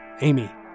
Amy